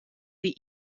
the